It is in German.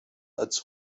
als